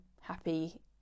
happy